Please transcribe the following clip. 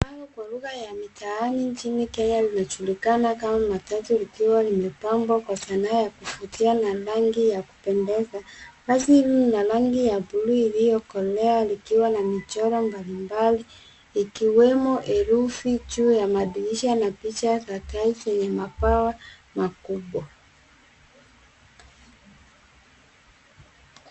Gari kwa lugha ya mitaani nchini Kenya linajulikana kama matatu likiwa limepambwa kwa sanaa ya kuvutia na rangi ya kupendeza. Basi hili ina rangi ya buluu iliyokolea likiwa na michoro mbalimbali ikiwemo herufi juu ya madirisha na picha za tai zenye mabawa makubwa.